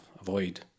avoid